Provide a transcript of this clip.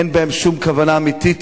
אין בהם שום כוונה אמיתית,